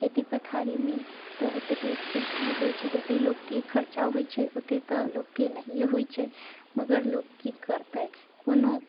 खेती पथारीमे तऽ ओते लोककेँ नहि होइत छै जतेक लोककेँ खर्चा होइत छै ओतेक तऽ लोककेँ नहिए होइत छै मगर लोक की करतै कोनो